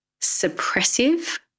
suppressive